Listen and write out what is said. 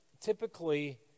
typically